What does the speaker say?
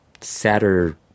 sadder